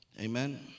Amen